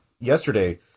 yesterday